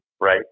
right